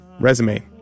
resume